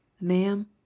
Ma'am